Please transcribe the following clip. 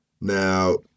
Now